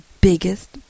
biggest